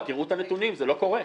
תראו את הנתונים, זה לא קורה.